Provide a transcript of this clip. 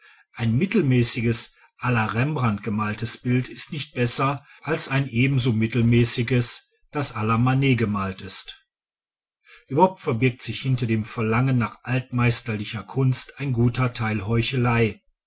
ein mittelmäßiges la rembrandt gemaltes bild ist nicht besser als ein ebenso mittelmäßiges das la manet gemalt ist überhaupt verbirgt sich hinter dem verlangen nach altmeisterlicher kunst ein gut teil heuchelei